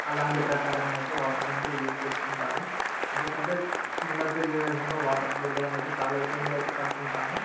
అలాంటి ప్రకారంగా నైతే వాటర్ నైతే యూస్ చేసుకుంటాము ఎందుకంటే ముందొచ్చే జెనరేషన్ లో వాటర్ దొరకడం అయితే చాలా ఇబ్బందులయితే పడుతూ ఉంటాము